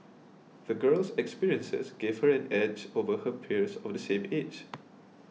the girl's experiences gave her an edge over her peers of the same age